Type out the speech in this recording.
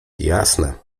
jasne